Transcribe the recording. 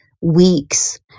weeks